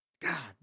God